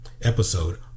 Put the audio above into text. episode